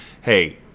hey